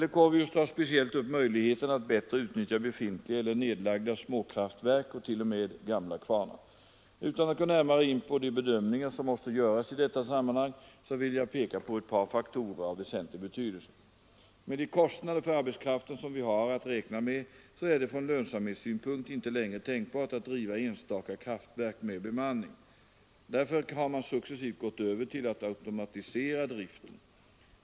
Herr Leuchovius tar speciellt upp möjligheterna att bättre utnyttja 123 befintliga eller nedlagda småkraftverk och t.o.m. gamla kvarnar. Utan att gå närmare in på de bedömningar som måste göras i detta sammanhang vill jag peka på ett par faktorer av väsentlig betydelse. Med de kostnader för arbetskraften som vi har att räkna med är det från lönsamhetssynpunkt inte längre tänkbart att driva enstaka kraftverk med bemanning. Därför har man successivt gått över till att automatisera driften.